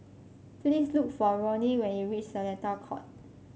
please look for Ronnie when you reach Seletar Court